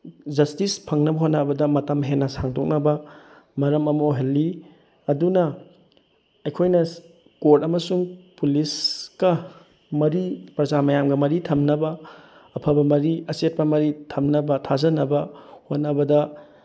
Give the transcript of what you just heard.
justice ꯐꯪꯅꯕ ꯍꯣꯠꯅꯕꯗ ꯃꯇꯝ ꯍꯦꯟꯅ ꯁꯥꯡꯗꯣꯛꯅꯕ ꯃꯔꯝ ꯑꯃ ꯑꯣꯏꯍꯜꯂꯤ ꯑꯗꯨꯅ ꯑꯩꯈꯣꯏꯅ ꯀꯣꯔꯠ ꯑꯃꯁꯨꯡ ꯄꯨꯂꯤꯁꯀ ꯃꯔꯤ ꯄ꯭ꯔꯖꯥ ꯃꯌꯥꯝꯒ ꯃꯔꯤ ꯊꯝꯅꯕ ꯑꯐꯕ ꯃꯔꯤ ꯑꯆꯦꯠꯄ ꯃꯔꯤ ꯊꯝꯅꯕ ꯊꯥꯖꯅꯕ ꯍꯣꯠꯅꯕꯗ